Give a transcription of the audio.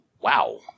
wow